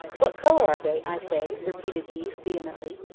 what colour are they, i say? repeated he vehemently.